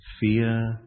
Fear